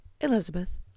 Elizabeth